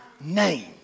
name